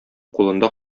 кулында